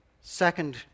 Second